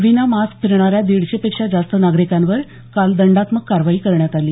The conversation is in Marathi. विना मास्क फिरणाऱ्या दीडशे पेक्षा जास्त नागरिकांवर काल दंडात्मक कारवाई करण्यात आली